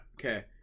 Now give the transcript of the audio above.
Okay